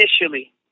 initially